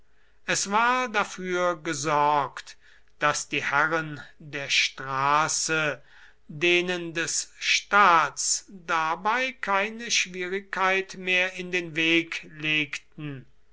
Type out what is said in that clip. es war dafür gesorgt daß die herren der straße denen des staats dabei keine schwierigkeit mehr in den weg legten